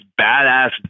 badass